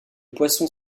poisson